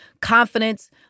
confidence